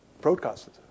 broadcasted